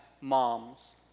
moms